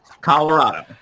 Colorado